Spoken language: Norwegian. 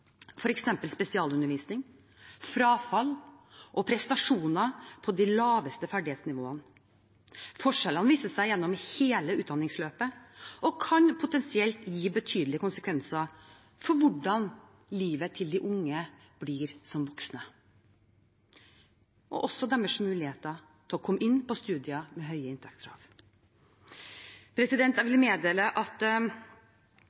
spesialundervisning, frafall og prestasjoner på de laveste ferdighetsnivåene. Forskjellene viser seg gjennom hele utdanningsløpet og kan potensielt gi betydelige konsekvenser for hvordan livet til de unge blir som voksne, og også deres muligheter til å komme inn på studier med høye inntakskrav. Jeg